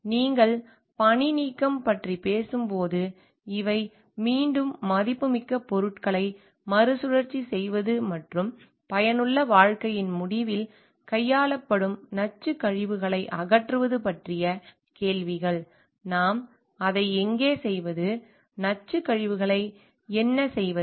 நீங்கள் பணிநீக்கம் பற்றி பேசும்போது இவை மீண்டும் மதிப்புமிக்க பொருட்களை மறுசுழற்சி செய்வது மற்றும் பயனுள்ள வாழ்க்கையின் முடிவில் கையாளப்படும் நச்சுக் கழிவுகளை அகற்றுவது பற்றிய கேள்விகள் நாம் அதை எங்கே செய்வது நச்சுக் கழிவுகளை என்ன செய்வது